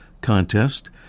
contest